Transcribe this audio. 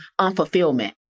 unfulfillment